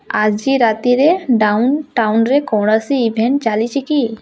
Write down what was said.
ଆଜି ରାତିରେ ଡାଉନ୍ ଟାଉନ୍ରେ କୌଣସି ଇଭେଣ୍ଟ ଚାଲିଛି କି